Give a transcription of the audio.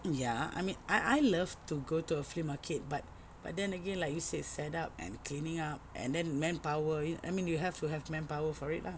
ya I mean I I love to go to a flea market but but then again like you said setup and cleaning up and then manpower I mean you have to have manpower for it lah